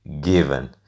given